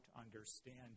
understand